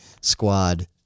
Squad